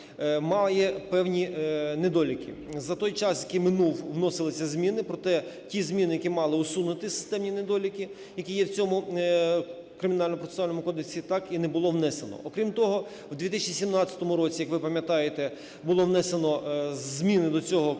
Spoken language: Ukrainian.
має певні недоліки. За той час, який минув, вносилися зміни. Проте ті зміни, які мали усунути системні недоліки, які є в цьому Кримінально-процесуальному кодексі, так і не було внесено. Окрім того в 2017 році, як ви пам'ятаєте, було внесено зміни до цього кодексу,